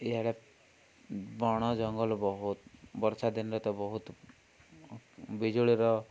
ଇଆଡ଼େ ବଣ ଜଙ୍ଗଲ ବହୁତ ବର୍ଷା ଦିନରେ ତ ବହୁତ ବିଜୁଳିର